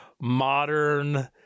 modern